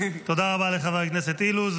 תודה רבה לחבר הכנסת אילוז.